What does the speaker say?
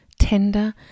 tender